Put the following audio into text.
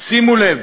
שימו לב,